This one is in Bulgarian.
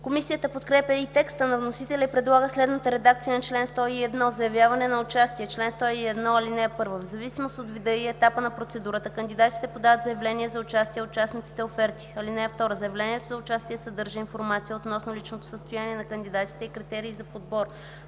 Комисията подкрепя по принцип текста на вносителя и предлага следната редакция на чл. 101: „Заявяване на участие Чл. 101. (1) В зависимост от вида и етапа на процедурата кандидатите подават заявления за участие, а участниците – оферти. (2) Заявлението за участие съдържа информация относно личното състояние на кандидатите и критериите за подбор.